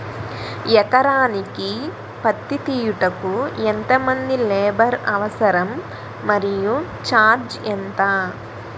ఎకరానికి పత్తి తీయుటకు ఎంత మంది లేబర్ అవసరం? మరియు ఛార్జ్ ఎంత?